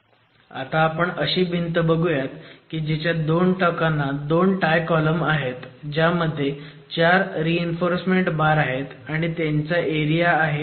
तर आता आपण अशी भिंत बघुयात की जिच्या 2 टोकांना 2 टाय कॉलम आहेत ज्यामध्ये 4 रीइन्फोर्समेंट बार आहेत आणि त्यांचा एरिया आहे Arv